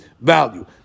value